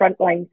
frontline